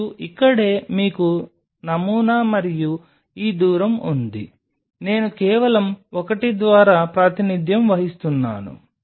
మరియు ఇక్కడే మీకు నమూనా మరియు ఈ దూరం ఉంది నేను కేవలం ఒకటి ద్వారా ప్రాతినిధ్యం వహిస్తున్నాను